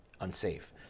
unsafe